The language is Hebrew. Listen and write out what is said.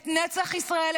את נצח ישראל,